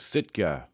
Sitka